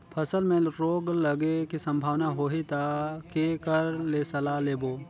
फसल मे रोग लगे के संभावना होही ता के कर ले सलाह लेबो?